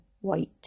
white